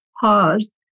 pause